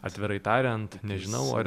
atvirai tariant nežinau ar